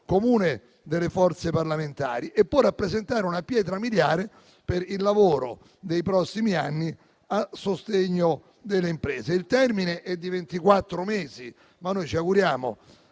comune delle forze parlamentari e può rappresentare una pietra miliare per il lavoro dei prossimi anni a sostegno delle imprese. Il termine è di ventiquattro mesi, ma noi ci auguriamo,